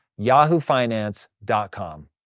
yahoofinance.com